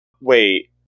Wait